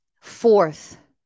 Fourth